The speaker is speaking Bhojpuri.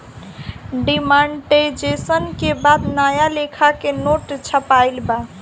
डिमॉनेटाइजेशन के बाद नया लेखा के नोट छपाईल बा